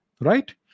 right